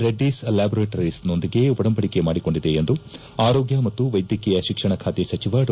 Reddy's laboratories ನೊಂದಿಗೆ ಒಡಂಬಡಿಕೆ ಮಾಡಿಕೊಂಡಿದೆ ಎಂದು ಆರೋಗ್ಯ ಮತ್ತು ವೈದ್ಯಕೀಯ ಶಿಕ್ಷಣ ಖಾತೆ ಸಚಿವ ಡಾ